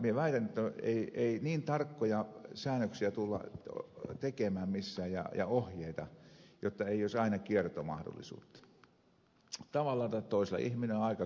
minä väitän että ei niin tarkkoja säännöksiä ja ohjeita tulla tekemään missään jotta ei olisi aina kiertomahdollisuutta tavalla tai toisella